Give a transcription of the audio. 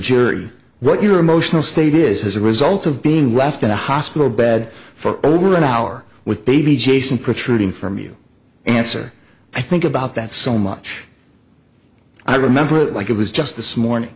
jury what your emotional state is as a result of being left in a hospital bed for over an hour with baby jason protruding from you answer i think about that so much i remember it like it was just this morning